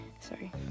Sorry